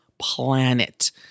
planet